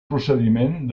procediment